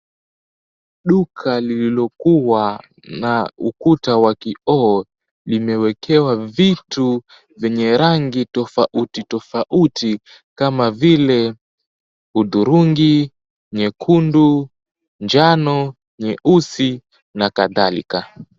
Duka lililokuwa na ukuta wa kioo, limewekewa vitu vyenye rangi tofauti tofauti, kama vile hudhurungi, nyekundu, njano, nyeusi na kadhalika.